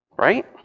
right